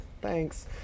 thanks